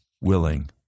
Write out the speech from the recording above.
willing